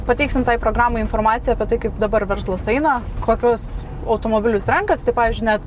pateiksim tai programai informaciją apie tai kaip dabar verslas eina kokius automobilius renkas tai pavyzdžiui net